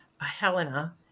Helena